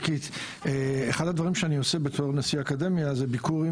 אחד הדברים שאני עושה בתור נשיא האקדמיה זה ביקורים